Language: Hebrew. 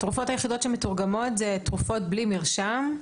התרופות היחידות שמתורגמות זה תרופות בלי מרשם,